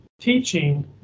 teaching